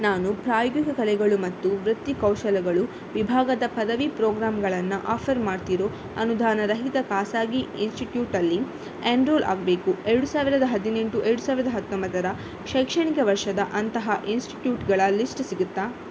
ನಾನು ಪ್ರಾಯೋಗಿಕ ಕಲೆಗಳು ಮತ್ತು ವೃತ್ತಿಕೌಶಲಗಳು ವಿಭಾಗದ ಪದವಿ ಪ್ರೋಗ್ರಾಮ್ಗಳನ್ನು ಆಫರ್ ಮಾಡ್ತಿರೋ ಅನುದಾನರಹಿತ ಖಾಸಗಿ ಇನ್ಸ್ಟಿಟ್ಯೂಟಲ್ಲಿ ಎನ್ರೋಲ್ ಆಗಬೇಕು ಎರಡು ಸಾವಿರ ಹದಿನೆಂಟು ಎರಡು ಸಾವಿರ ಹತ್ತೊಂಬತ್ತರ ಶೈಕ್ಷಣಿಕ ವರ್ಷದ ಅಂತಹ ಇನ್ಸ್ಟಿಟ್ಯೂಟ್ಗಳ ಲಿಸ್ಟ್ ಸಿಗುತ್ತಾ